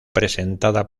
presentada